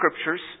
scriptures